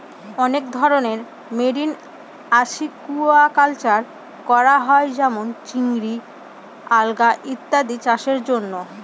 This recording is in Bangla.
অনেক ধরনের মেরিন আসিকুয়াকালচার করা হয় যেমন চিংড়ি, আলগা ইত্যাদি চাষের জন্য